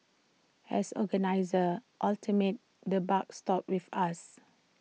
as organisers ultimately the buck stops with us